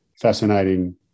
fascinating